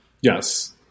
Yes